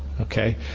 Okay